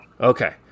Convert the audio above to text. Okay